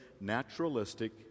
naturalistic